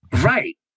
Right